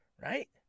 Right